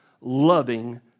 loving